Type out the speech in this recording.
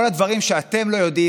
כל הדברים שאתם לא יודעים.